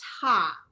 top